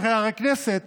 שהרי הכנסת